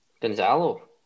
Gonzalo